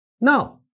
Now